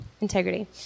integrity